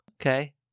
okay